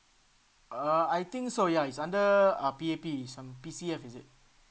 uh I think so ya it's under uh P_A_P some P_C_F is it